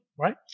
right